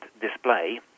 display